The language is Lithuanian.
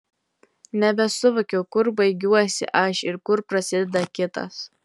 nebesuvokiau kur baigiuosi aš ir kur prasideda kitas